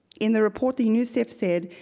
in the report, the unicef said